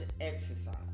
exercise